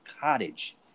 cottage